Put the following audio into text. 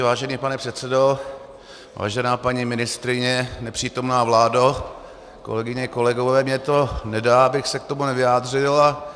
Vážený pane předsedo, vážená paní ministryně, nepřítomná vládo, kolegyně, kolegové, mně to nedá, abych se k tomu nevyjádřil.